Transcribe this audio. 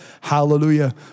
Hallelujah